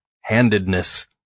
handedness